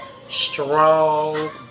strong